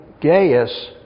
Gaius